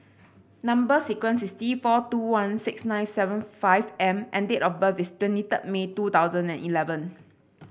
number sequence is T four two one six nine seven five M and date of birth is twenty third May two thousand and eleven